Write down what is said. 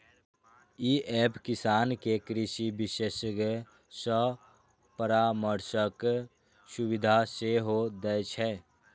ई app किसान कें कृषि विशेषज्ञ सं परामर्शक सुविधा सेहो दै छै